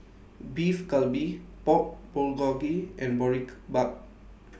Beef Galbi Pork Bulgogi and Boribap